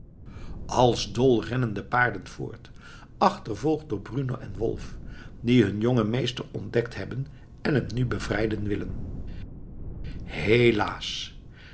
als dol rennen de paarden voort achtervolgd door bruno en wolf die hun jongen meester ontdekt hebben en hem nu bevrijden willen helaas